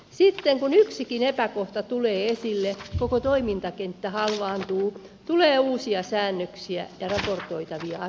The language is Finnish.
sitten kun yksikin epäkohta tulee esille koko toimintakenttä halvaantuu tulee uusia säännöksiä ja raportoitavia asioita